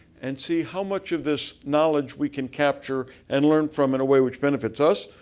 and see how much of this knowledge we can capture and learn from in a way which benefits us,